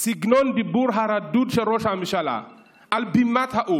סגנון הדיבור הרדוד של ראש הממשלה על בימת האו"ם